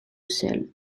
sel